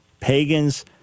pagans